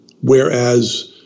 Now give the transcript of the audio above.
whereas